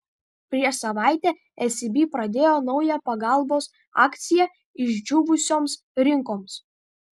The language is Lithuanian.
prieš savaitę ecb pradėjo naują pagalbos akciją išdžiūvusioms rinkoms